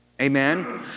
Amen